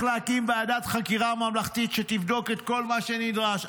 להקים ועדת חקירה ממלכתית שתבדוק את כל מה שנדרש".